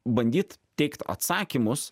bandyt teikt atsakymus